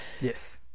Yes